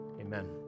amen